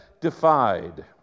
defied